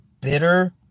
bitter